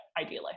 ideally